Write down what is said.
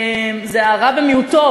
זה הרע במיעוטו,